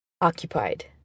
occupied